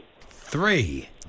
Three